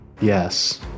Yes